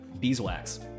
beeswax